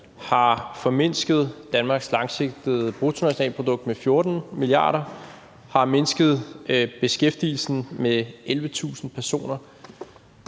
har formindsket Danmarks langsigtede bruttonationalprodukt med 14 mia. kr. og har mindsket beskæftigelsen med 11.000 personer.